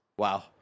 Wow